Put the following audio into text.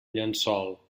llençol